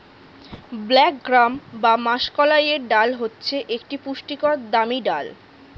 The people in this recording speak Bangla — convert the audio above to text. ব্ল্যাক গ্রাম বা মাষকলাইয়ের ডাল হচ্ছে একটি পুষ্টিকর দামি ডাল